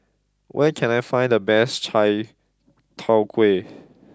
where can I find the best Chai Tow Kuay